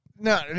No